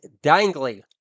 dangly